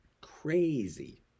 Crazy